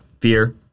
Fear